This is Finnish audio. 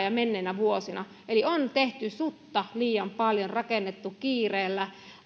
ja menneinä vuosina eli on tehty sutta liian paljon rakennettu kiireellä